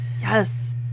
Yes